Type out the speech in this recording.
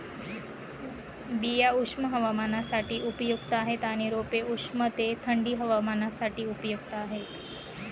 बिया उष्ण हवामानासाठी उपयुक्त आहेत आणि रोपे उष्ण ते थंडी हवामानासाठी उपयुक्त आहेत